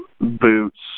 boots